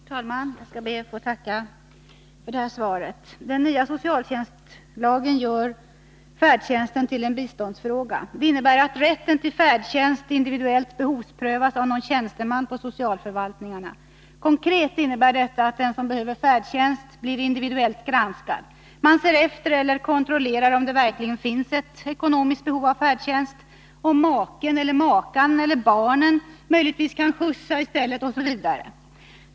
Herr talman! Jag ber att få tacka för detta svar. Den nya socialtjänstlagen gör färdtjänsten till en biståndsfråga. Det innebär att rätten till färdtjänst individuellt behovsprövas av någon tjänsteman på socialförvaltningen. Konkret innebär detta att den som behöver färdtjänst blir individuellt granskad. Man ser efter eller kontrollerar om det verkligen finns ett ekonomiskt behov av färdtjänst, om maken eller makan eller barnen möjligtvis kan skjutsa i stället osv.